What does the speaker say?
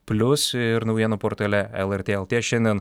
plius ir naujienų portale lrt lt šiandien